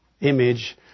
image